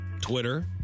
Twitter